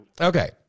Okay